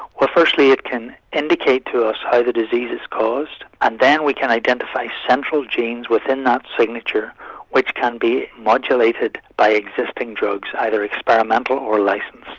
well firstly it can indicate to us how the disease is caused and then we can identify central genes within that signature which can be modulated by existing drugs either experimental or licensed.